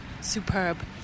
superb